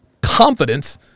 confidence